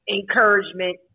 encouragement